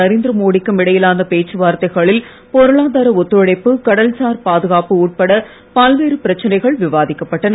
நரேந்திர மோடி க்கும் இடையிலான பேச்சு வார்த்தைகளில் பொருளாதார ஒத்துழைப்பு கடல்சார் பாதுகாப்பு உட்பட பல்வேறு பிரச்சனைகள் விவாதிக்கப் பட்டன